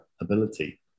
ability